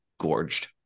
gorged